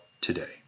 today